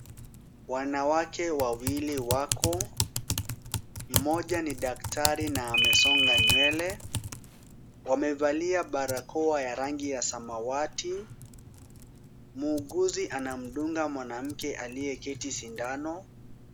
Wanawake wawili wako. Mmoja ni daktari na amesonga nywele. Wamevalia barakoa ya rangi ya samawati. Muuguzi anamdunga mwanamke aliyeketi sindano.